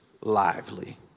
lively